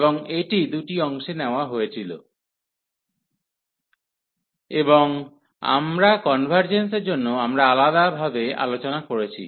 এবং এটি দুটি অংশে নেওয়া হয়েছিল এবং আমরা কনভার্জেন্সের জন্য আমরা আলাদা ভাবে আলোচনা করেছি